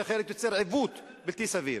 כי אחרת ייווצר עיוות בלתי סביר.